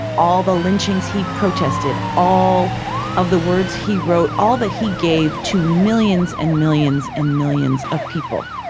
all the lynchings he protested, all of the words he wrote, all that he gave to millions and millions and millions of people,